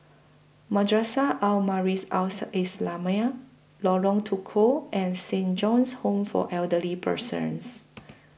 Madrasah Al Islamiah Lorong Tukol and Saint John's Home For Elderly Persons